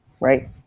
right